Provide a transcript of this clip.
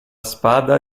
spada